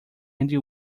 andy